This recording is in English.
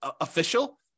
official